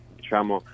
diciamo